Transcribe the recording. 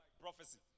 prophecy